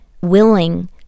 willing